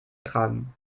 tragen